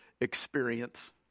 experience